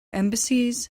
embassies